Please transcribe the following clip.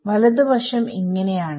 വലത് വശം ഇങ്ങനെ ആണ്